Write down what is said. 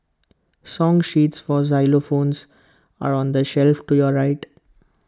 song sheets for xylophones are on the shelf to your right